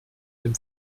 dem